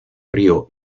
río